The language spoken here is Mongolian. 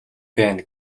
байна